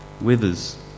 Withers